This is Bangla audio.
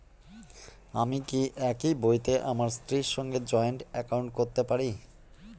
আমি কি একই বইতে আমার স্ত্রীর সঙ্গে জয়েন্ট একাউন্ট করতে পারি?